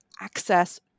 access